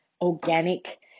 organic